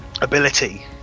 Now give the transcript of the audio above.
ability